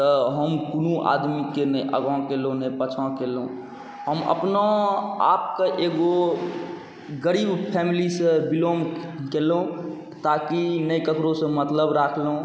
तऽ हम कोनो आदमीके नहि आगा केलहुँ नहि पाछाँ केलहुँ हम अपना आपके एगो गरीब फैमिलीसँ बिलॉङ्ग केलहुँ ताकि नहि ककरोसँ मतलब राखलहुँ